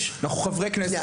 אנחנו חברי כנסת,